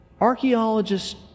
archaeologists